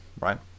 right